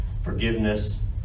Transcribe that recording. forgiveness